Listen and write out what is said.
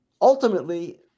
ultimately